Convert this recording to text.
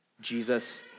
Jesus